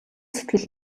сэтгэл